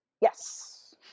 Yes